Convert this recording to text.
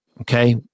okay